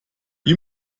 wie